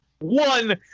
one